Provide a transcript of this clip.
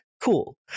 cool